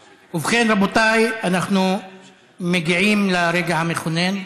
ובכן, רבותיי, אנחנו מגיעים לרגע המכונן.